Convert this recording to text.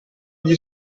gli